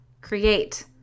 create